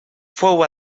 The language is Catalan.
fou